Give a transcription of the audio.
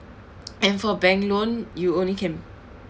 and for bank loan you only can